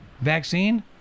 vaccine